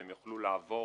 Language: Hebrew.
והם יוכלו לעבור